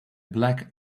black